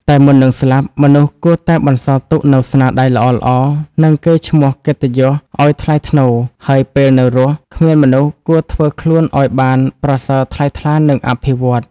តែមុននឹងស្លាប់មនុស្សគួរតែបន្សល់ទុកនូវស្នាដៃល្អៗ និងកេរ្តិ៍ឈ្មោះកិត្តិយសឲ្យថ្លៃថ្នូរហើយពេលនៅរស់គ្មានមនុស្សគួរធ្វើខ្លួនអោយបានប្រសើរថ្លៃថ្លានិងអភិវឌ្ឍន៍ ។